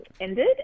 ended